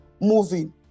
moving